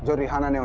so rihana